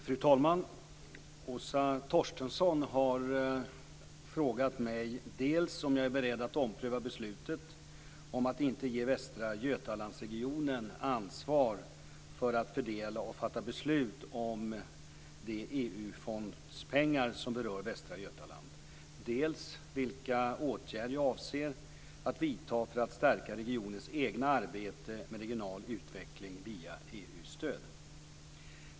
Fru talman! Åsa Torstensson har frågat mig dels om jag är beredd att ompröva beslutet om att inte ge Västra Götalandsregionen ansvar för att fördela och fatta beslut om de EU-fondspengar som berör Västra Götaland, dels vilka åtgärder jag avser att vidta för att stärka regionens egna arbete med regional utveckling via EU-stöd.